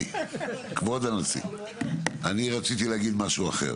אני רציתי להגיד משהו אחר